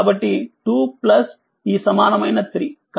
కాబట్టి 2ప్లస్ ఈసమానమైన 3